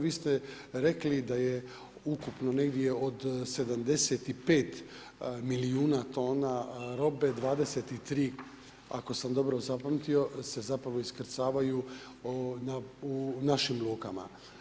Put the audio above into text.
Vi ste rekli da je ukupno negdje od 75 milijuna tona robe 23 ako sam dobro zapamtio se zapravo iskrcavaju u našim lukama.